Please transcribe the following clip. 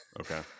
Okay